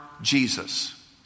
jesus